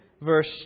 verse